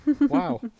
Wow